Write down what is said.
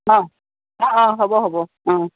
অঁ অঁ অঁ হ'ব হ'ব অঁ